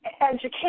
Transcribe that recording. education